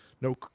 no